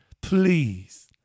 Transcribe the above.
please